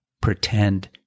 pretend